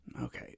Okay